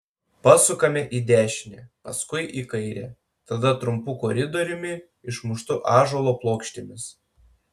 pasukame į dešinę paskui į kairę tada trumpu koridoriumi išmuštu ąžuolo plokštėmis